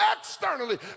externally